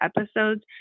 episodes